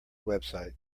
website